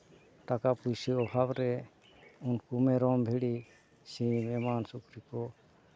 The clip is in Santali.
ᱴᱟᱠᱟ ᱯᱚᱭᱥᱟ ᱚᱵᱷᱟᱵᱽ ᱨᱮ ᱩᱱᱠᱩ ᱢᱮᱨᱚᱢ ᱵᱷᱤᱲᱤ ᱥᱤᱢ ᱮᱢᱟᱱ ᱥᱩᱠᱨᱤ ᱠᱚ